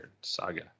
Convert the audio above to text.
Saga